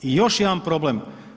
I još jedan problem.